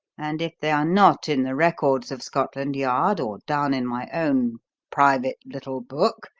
and, if they are not in the records of scotland yard or down in my own private little book,